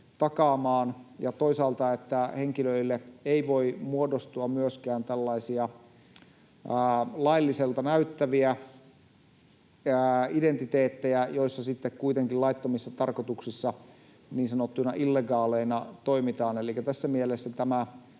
takaamaan. Tärkeää on toisaalta se, että henkilöille ei voi muodostua myöskään tällaisia lailliselta näyttäviä identiteettejä, joissa kuitenkin laittomissa tarkoituksissa niin sanottuina illegaaleina toimitaan. Elikkä tässä mielessä